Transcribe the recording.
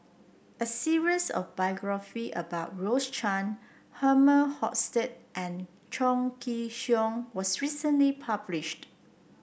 a series of biography about Rose Chan Herman Hochstadt and Chong Kee Hiong was recently published